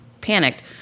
panicked